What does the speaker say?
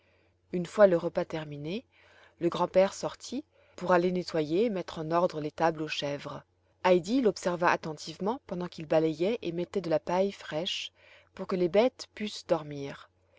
une fois le repas terminé le grand-père sortit pour aller nettoyer et mettre en ordre l'étable aux chèvres heidi l'observa attentivement pendant qu'il balayait et mettait de la paille fraîche pour que les bêtes pussent dormir